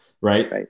Right